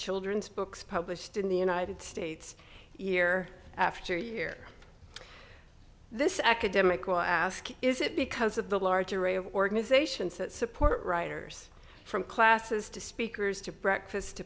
children's books published in the united states year after year this academic will ask is it because of the large array of organizations that support writers from classes to speakers to breakfast